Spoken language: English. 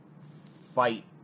fight